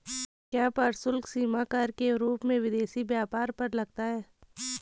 क्या प्रशुल्क सीमा कर के रूप में विदेशी व्यापार पर लगता है?